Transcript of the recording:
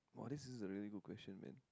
!wah! this is a really good question man